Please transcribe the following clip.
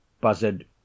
buzzard